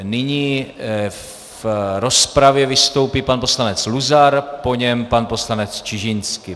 Nyní v rozpravě vystoupí pan poslanec Luzar, po něm pan poslanec Čižinský.